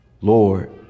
Lord